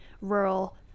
rural